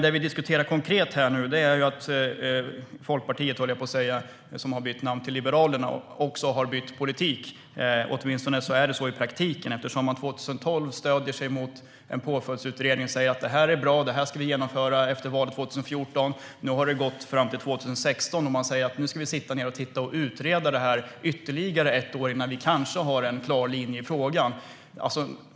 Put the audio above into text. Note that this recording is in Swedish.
Det vi diskuterar konkret här och nu är att Folkpartiet, som har bytt namn till Liberalerna, också har bytt politik. Åtminstone är det så i praktiken eftersom man 2012 stödde sig på en påföljdsutredning och sa att det var bra och att man skulle genomföra det efter valet 2014. Nu har det gått fram till 2016, och nu säger man att vi ska sitta ned och titta på och utreda detta i ytterligare ett år innan vi kanske har en klar linje i frågan.